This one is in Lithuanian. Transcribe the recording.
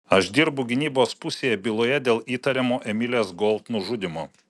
aš dirbu gynybos pusėje byloje dėl įtariamo emilės gold nužudymo